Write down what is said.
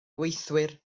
gweithwyr